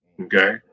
Okay